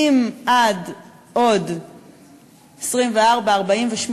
אם עד עוד 24, 48,